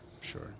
sure